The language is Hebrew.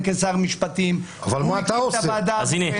כשר משפטים --- אבל מה אתה עושה כיושב-ראש?